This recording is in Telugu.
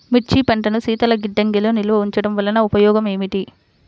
మిర్చి పంటను శీతల గిడ్డంగిలో నిల్వ ఉంచటం వలన ఉపయోగం ఏమిటి?